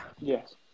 Yes